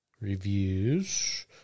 reviews